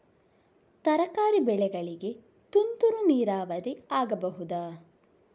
ತರಕಾರಿ ಬೆಳೆಗಳಿಗೆ ತುಂತುರು ನೀರಾವರಿ ಆಗಬಹುದಾ?